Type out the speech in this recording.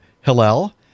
Hillel